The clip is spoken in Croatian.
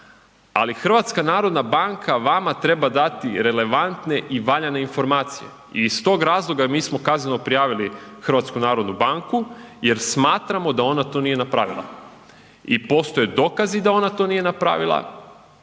sustavu, ali HNB vama treba dati relevantne i valjane informacije i iz tog razloga mi smo kazneno prijavili HNB jer smatramo da ona to nije napravila i postoje dokazi da ona to nije napravila